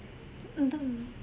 and then